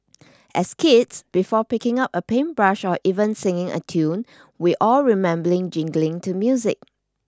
as kids before picking up a paintbrush or even singing a tune we all remember jiggling to music